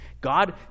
God